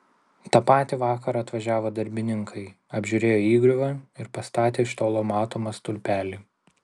tą patį vakarą atvažiavo darbininkai apžiūrėjo įgriuvą ir pastatė iš tolo matomą stulpelį